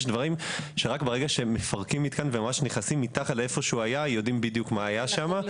יש דברים שרק ברגע שמפרקים מתקן ונכנסים מתחת לקרקע יודעים מה היה שם.